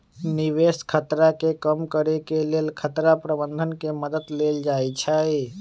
निवेश खतरा के कम करेके लेल खतरा प्रबंधन के मद्दत लेल जाइ छइ